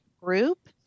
group